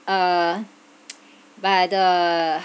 uh but the